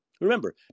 remember